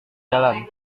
jalan